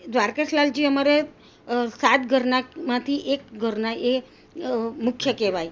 દ્વારકેશ લાલજી અમારે સાત ઘરનામાંથી એક ઘરના એ મુખ્ય કહેવાય